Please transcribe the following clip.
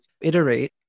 iterate